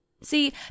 See